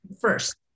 first